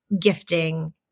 gifting